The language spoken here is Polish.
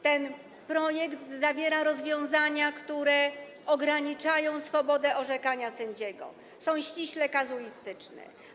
Ten projekt zawiera rozwiązania, które ograniczają swobodę orzekania sędziego, są ściśle kazuistyczne.